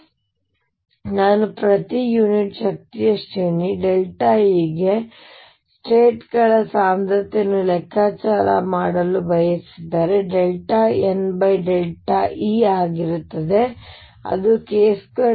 ಹಾಗಾಗಿ ನಾನು ಪ್ರತಿ ಯೂನಿಟ್ ಶಕ್ತಿಯ ಶ್ರೇಣಿ E ಗೆ ಸ್ಟೇಟ್ ಗಳ ಸಾಂದ್ರತೆಯನ್ನು ಲೆಕ್ಕಾಚಾರ ಮಾಡಲು ಬಯಸಿದರೆ ಅದು NE ಆಗಿರುತ್ತದೆ ಅದು k2k2E×V